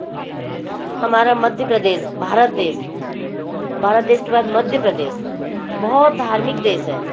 हमारा मध्यप्रदेश भारत देश भारत देश के बाद मध्यप्रदेश बहुत धार्मिक देश है